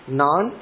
non